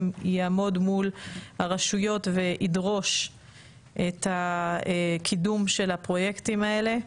יעמוד מול הרשויות וידרוש את הקידום של הפרויקטים האלה.